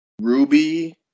Ruby